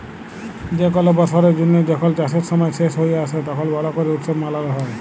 যে কল বসরের জ্যানহে যখল চাষের সময় শেষ হঁয়ে আসে, তখল বড় ক্যরে উৎসব মালাল হ্যয়